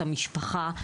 המשפחה,